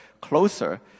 closer